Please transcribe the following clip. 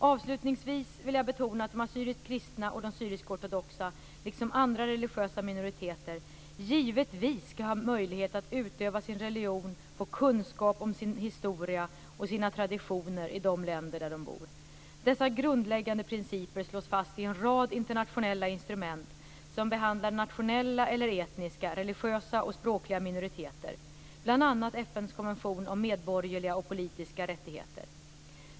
Avslutningsvis vill jag betona att de assyriskt kristna och de syrisk-ortodoxa, liksom andra religiösa minoriteter, givetvis skall ha möjlighet att utöva sin religion och få kunskap om sin historia och sina traditioner i de länder där de bor. Dessa grundläggande principer slås fast i en rad internationella instrument som behandlar nationella eller etniska, religiösa och språkliga minoriteter, bl.a. FN:s konvention om medborgerliga och politiska rättigheter .